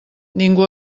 ningú